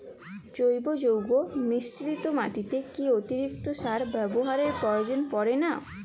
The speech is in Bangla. জৈব যৌগ মিশ্রিত মাটিতে কি অতিরিক্ত সার ব্যবহারের প্রয়োজন পড়ে না?